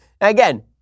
Again